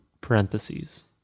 parentheses